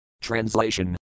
Translation